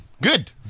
good